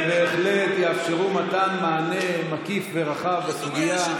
בהחלט יאפשרו מתן מענה, ומבט ומקיף ורחב בסוגיה.